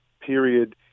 period